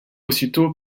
aussitôt